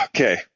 Okay